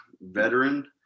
veteran